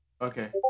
Okay